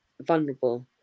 vulnerable